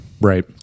right